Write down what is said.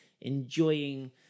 enjoying